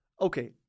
Okay